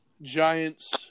Giants